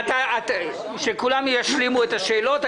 שכולם ישלימו את השאלות.